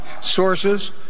sources